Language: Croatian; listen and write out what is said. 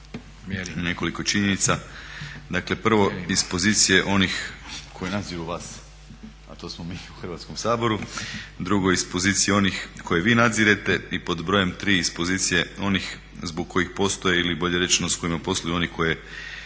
nekoliko činjenica. Dakle, prvo iz pozicije onih koji nadziru vas, a to smo mi u Hrvatskom saboru, drugo, iz pozicije onih koje vi nadzirete i pod brojem tri, iz pozicije onih zbog kojih postoje ili bolje rečeno s kojima posluju oni koje